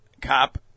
cop